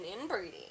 inbreeding